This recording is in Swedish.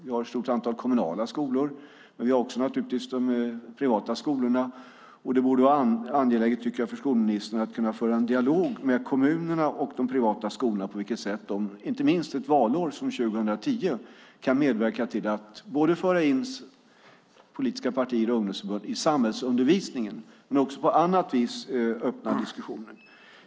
Vi har ett stort antal kommunala skolor, men vi har naturligtvis också de privata skolorna. Det vore angeläget för skolministern att kunna föra en dialog med kommunerna och de privata skolorna om på vilket sätt de, inte minst ett valår som 2010, kan medverka till att föra in politiska partier och ungdomsförbund i samhällsundervisningen men även på annat vis öppna diskussionen.